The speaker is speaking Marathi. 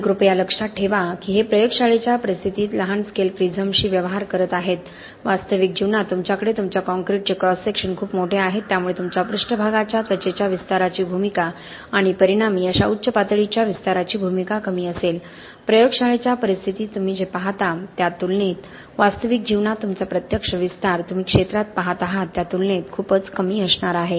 आणि कृपया लक्षात ठेवा की हे प्रयोगशाळेच्या परिस्थितीत लहान स्केल प्रिझम्सशी व्यवहार करत आहेत वास्तविक जीवनात तुमच्याकडे तुमच्या कॉंक्रिटचे क्रॉस सेक्शन खूप मोठे आहेत त्यामुळे तुमच्या पृष्ठभागाच्या त्वचेच्या विस्ताराची भूमिका आणि परिणामी अशा उच्च पातळीच्या विस्ताराची भूमिका कमी असेल प्रयोगशाळेच्या परिस्थितीत तुम्ही जे पाहता त्या तुलनेत वास्तविक जीवनात तुमचा प्रत्यक्ष विस्तार तुम्ही क्षेत्रात पाहत आहात त्या तुलनेत खूपच कमी असणार आहे